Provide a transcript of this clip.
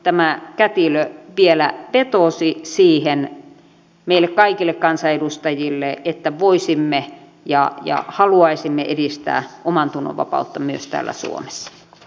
tämä kätilö vielä vetosi meihin kaikkiin kansanedustajiin että voisimme ja haluaisimme edistää omantunnonvapautta myös täällä suomessa